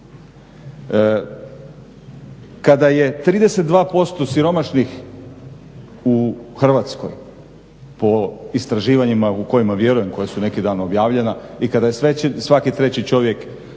Kada je 32% siromašnih u Hrvatskoj po istraživanjima u koje vjerujem, koja su neki dan objavljena i kada je svaki treći čovjek